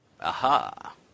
Aha